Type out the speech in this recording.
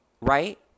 Right